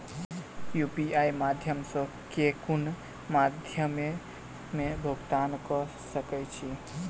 UPI सऽ केँ कुन मध्यमे मे भुगतान कऽ सकय छी?